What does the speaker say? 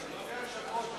אדוני היושב-ראש,